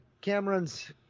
Cameron's